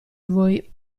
vuoi